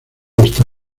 está